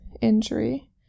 injury